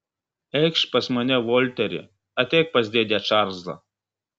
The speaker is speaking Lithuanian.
eikš pas mane volteri ateik pas dėdę čarlzą